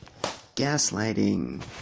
gaslighting